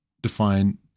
define